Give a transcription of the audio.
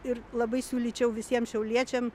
ir labai siūlyčiau visiem šiauliečiam